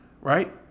right